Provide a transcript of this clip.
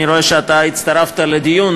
אני רואה שאתה הצטרפת לדיון,